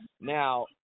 Now